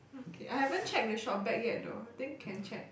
okay I haven't check the ShopBack yet though I think can check